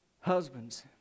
Husbands